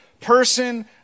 person